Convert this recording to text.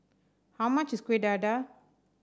how much is Kueh Dadar